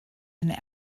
and